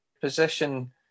position